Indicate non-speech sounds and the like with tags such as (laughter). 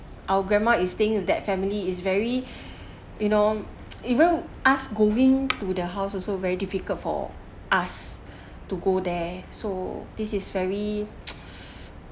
our grandma is staying with that family is very (breath) you know (noise) even us going to the house also very difficult for us (breath) to go there so this is very (noise) (breath)